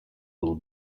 will